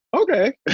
okay